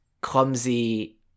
clumsy